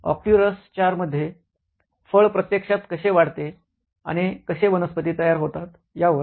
Arcturus IV मध्ये फळ प्रत्यक्षात कसे वाढते आणि कसे वनस्पती तयर होतात यावर